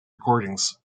recordings